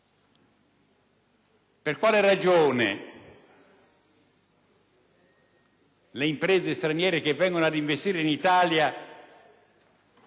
Per quale ragione le imprese straniere che vengono ad investire in Italia